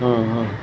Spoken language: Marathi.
हं हं